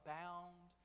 bound